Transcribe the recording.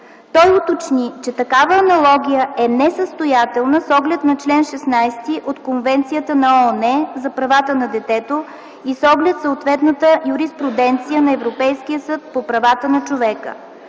Той уточни, че такава аналогия е несъстоятелна с оглед чл. 16 от Конвенцията на ООН за правата на детето и с оглед съответната юриспруденция на Европейския съд по правата на човека.